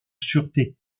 sûreté